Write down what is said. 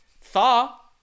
Thaw